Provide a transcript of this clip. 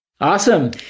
Awesome